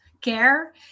care